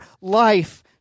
life